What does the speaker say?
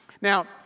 Now